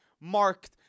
marked